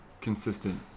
consistent